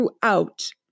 throughout